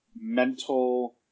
mental